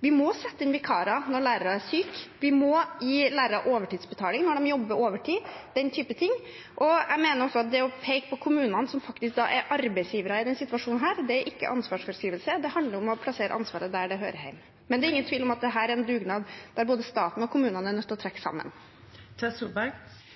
Vi må sette inn vikarer når lærerne er syke, vi må gi lærere overtidsbetaling når de jobber overtid, den type ting. Jeg mener også at det å peke på kommunene, som faktisk er arbeidsgivere i denne situasjonen, er ikke ansvarsfraskrivelse. Det handler om å plassere ansvaret der det hører hjemme. Men det er ingen tvil om at dette er en dugnad der både staten og kommunene er nødt til å trekke sammen.